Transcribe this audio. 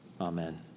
Amen